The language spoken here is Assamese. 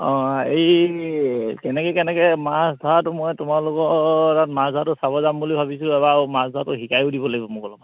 অঁ এই কেনেকৈ কেনেকৈ মাছ ধৰাটো মই তোমালোকৰ তাত মাছ ধৰাটো চাব যাম বুলি ভাবিছোঁ এবাৰ আৰু মাছ ধৰাটো শিকায়ো দিব লাগিব মোক অলপমান